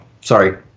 Sorry